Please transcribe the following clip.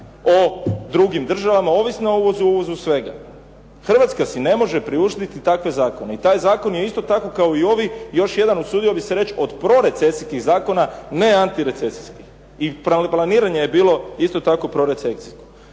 o drugim državama, ovisna o uvozu svega. Hrvatska si ne može priuštiti takve zakone. I taj zakon je isto tako kao i ovi još jedan usudio bih se reći od prorecesijskih zakona ne antirecesijskih. I planiranje je bilo isto tako prorecesijsko.